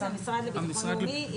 לשר לביטחון לאומי,